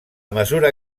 mesura